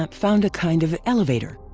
um found a kind of elevator.